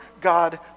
God